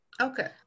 okay